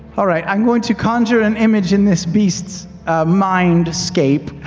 all right, i'm going to conjure an image in this beast's mindscape.